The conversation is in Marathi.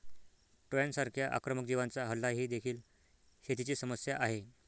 टोळांसारख्या आक्रमक जीवांचा हल्ला ही देखील शेतीची समस्या आहे